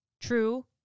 true